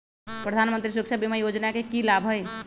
प्रधानमंत्री सुरक्षा बीमा योजना के की लाभ हई?